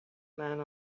man